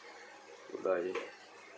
goodbye